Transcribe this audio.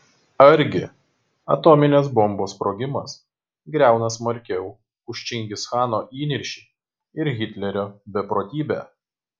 argi atominės bombos sprogimas griauna smarkiau už čingischano įniršį ir hitlerio beprotybę